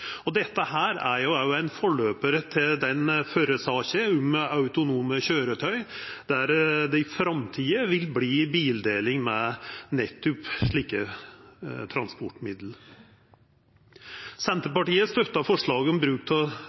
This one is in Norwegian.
miljøgevinst. Dette er jo òg ein forløpar til den førre saka, om autonome køyretøy, der det i framtida vil verta bildeling med nettopp slike transportmiddel. Senterpartiet støttar forslaget om bruk av